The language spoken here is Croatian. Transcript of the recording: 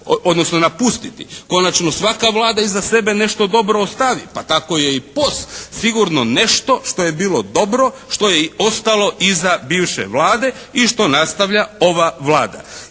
odnosno napustiti. Konačno, svaka Vlada iza sebe nešto dobro ostavi, pa tako je i POS sigurno nešto što je bilo dobro što je ostalo iz bivše Vlade i što nastavlja ova Vlada.